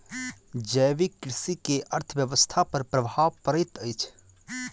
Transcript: जैविक कृषि के अर्थव्यवस्था पर प्रभाव पड़ैत अछि